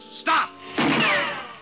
Stop